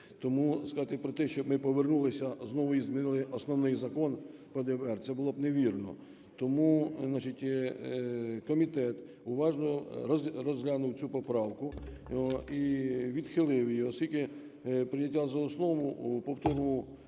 Тому сказати про те, щоб ми повернулися знову і змінили основний закон про ДБР це було б невірно. Тому, значить, комітет уважно розглянув цю поправку і відхилив її, оскільки прийняття за основу в повторному